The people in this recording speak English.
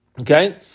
Okay